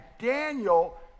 Daniel